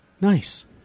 Nice